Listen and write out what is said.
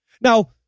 Now